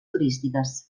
turístiques